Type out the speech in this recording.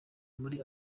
muri